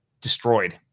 destroyed